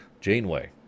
janeway